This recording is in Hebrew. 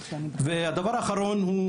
הדבר האחרון,